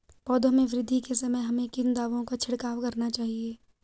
पौधों में वृद्धि के समय हमें किन दावों का छिड़काव करना चाहिए?